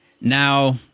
Now